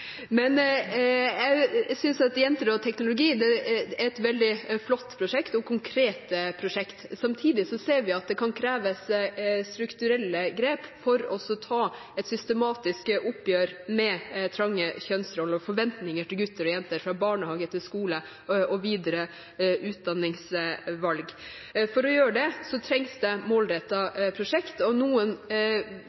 Jeg synes Jenter og teknologi er et veldig flott og konkret prosjekt. Samtidig ser vi at det kan kreve strukturelle grep for å ta et systematisk oppgjør med trange kjønnsroller og forventninger til gutter og jenter, fra barnehage til skole og til videre utdanningsvalg. For å gjøre det trengs det målrettede prosjekter, og noen